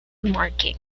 marking